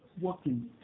working